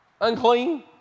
unclean